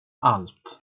allt